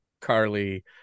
Carly